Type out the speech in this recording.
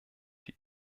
die